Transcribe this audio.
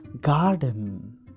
garden